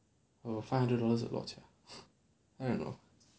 about five hundred dollars a lot s~ I don't know